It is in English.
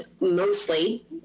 mostly